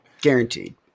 guaranteed